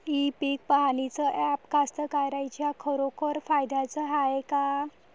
इ पीक पहानीचं ॲप कास्तकाराइच्या खरोखर फायद्याचं हाये का?